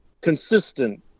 consistent